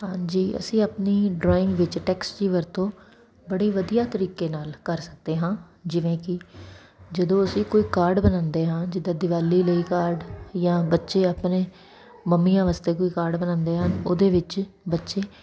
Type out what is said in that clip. ਹਾਂਜੀ ਅਸੀਂ ਆਪਣੀ ਡਰਾਇੰਗ ਵਿੱਚ ਟੈਕਸਟ ਦੀ ਵਰਤੋਂ ਬੜੀ ਵਧੀਆ ਤਰੀਕੇ ਨਾਲ ਕਰ ਸਕਦੇ ਹਾਂ ਜਿਵੇਂ ਕਿ ਜਦੋਂ ਅਸੀਂ ਕੋਈ ਕਾਰਡ ਬਣਾਉਂਦੇ ਹਾਂ ਜਿੱਦਾਂ ਦੀਵਾਲੀ ਲਈ ਕਾਡ ਜਾਂ ਬੱਚੇ ਆਪਣੇ ਮੰਮੀਆਂ ਵਾਸਤੇ ਕੋਈ ਕਾਰਡ ਬਣਾਉਂਦੇ ਹਨ ਉਹਦੇ ਵਿੱਚ ਬੱਚੇ